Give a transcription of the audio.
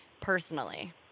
personally